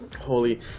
Holy